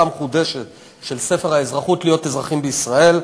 המחודשת של ספר האזרחות "להיות אזרחים בישראל".